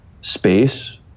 space